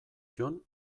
jon